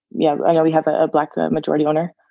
yeah. i know we have a black majority owner,